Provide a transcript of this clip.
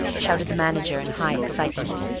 shouted the manager in high excitement.